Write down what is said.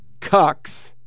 cucks